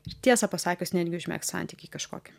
ir tiesą pasakius netgi užmegzt santykį kažkokį